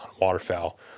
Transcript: waterfowl